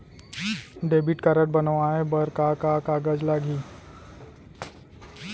Debit card बनवाये बर का का कागज लागही?